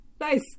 nice